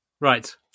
Right